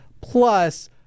plus